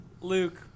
Luke